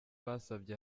basabye